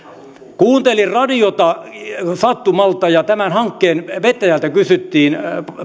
kuuntelin radiota sattumalta ja tämän hankkeen vetäjältä kysyttiin